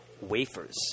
wafers